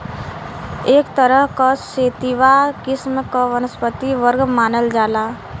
एक तरह क सेतिवा किस्म क वनस्पति वर्ग मानल जाला